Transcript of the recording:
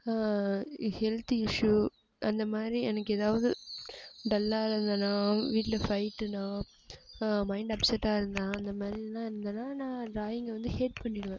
health issue அந்தமாதிரி எனக்கு எதாவது டல்லாக இருந்தேனா வீட்டில் ஃபைட்டுனா மைண்ட் அப்செட்டாக இருந்தேனா அந்தமாதிரிலாம் இருந்தேனா நான் டிராயிங்கை வந்து ஹேட் பண்ணிடுவேன்